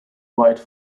write